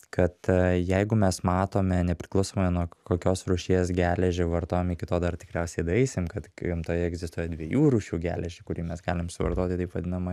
kad jeigu mes matome nepriklausomai nuo kokios rūšies geležį vartojam iki to dar tikriausiai daeisim kad gamtoje egzistuoja dviejų rūšių geležį kurį mes galim suvartoti taip vadinamą